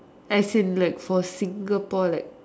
as in like for Singapore like